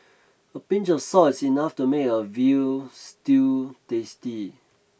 a pinch of salt is enough to make a veal stew tasty